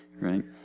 right